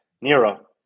Nero